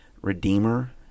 Redeemer